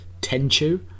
Tenchu